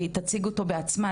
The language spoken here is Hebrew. היא תציג אותו בעצמה,